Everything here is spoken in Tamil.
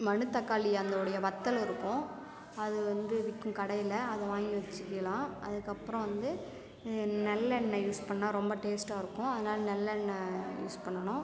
மனத்தாக்களி அதோடய வத்தல் இருக்கும் அது வந்து விக்கும் கடையில் அதை வாங்கி வச்சுக்கிலாம் அதுக்கு அப்புறம் வந்து நல்லெண்ணெய் யூஸ் பண்ணால் ரொம்ப டேஸ்ட்டாக இருக்கும் அதனால் நல்லெண்ண யூஸ் பண்ணனும்